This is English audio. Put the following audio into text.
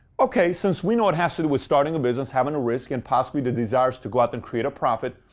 okay, since we know it has to do with starting a business, having a risk and possibly the desire is to go out there and create a profit,